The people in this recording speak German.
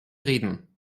reden